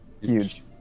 Huge